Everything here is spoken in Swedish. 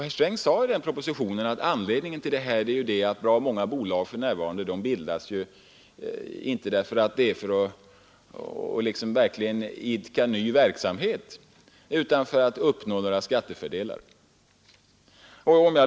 I propositionen härom sade herr Sträng att anledningen härtill är att många bolag bildas inte för att idka någon verksamhet utan för att man skall uppnå skattefördelar.